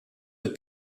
del